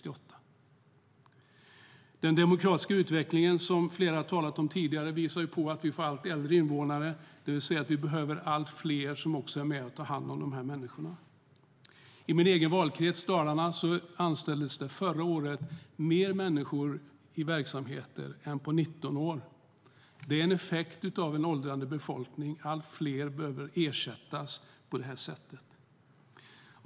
Den demografiska utvecklingen, som flera har talat om tidigare, visar på att vi får allt äldre invånare, det vill säga att vi behöver allt fler som är med och tar hand om de här människorna. I min egen valkrets, Dalarna, anställdes det förra året fler människor i verksamheter än på 19 år. Det är en effekt av en åldrande befolkning. Allt fler behöver ersättas på det här sättet.